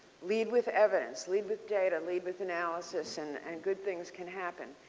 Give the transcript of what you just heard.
lead with evidence. lead with data. lead with analysis and and good things can happen.